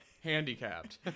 handicapped